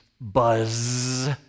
buzz